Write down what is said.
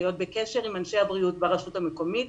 להיות בקשר עם אנשי הבריאות ברשות המקומית,